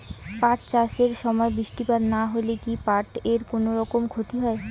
পাট চাষ এর সময় বৃষ্টিপাত না হইলে কি পাট এর কুনোরকম ক্ষতি হয়?